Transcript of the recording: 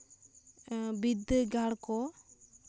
ᱵᱤᱫᱽᱫᱟᱹᱜᱟᱲ ᱠᱚ